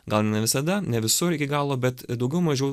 gal ne visada ne visur iki galo bet daugiau mažiau